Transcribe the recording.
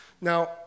Now